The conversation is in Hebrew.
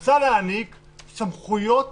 הוועדה רוצה להעניק סמכויות